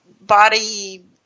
body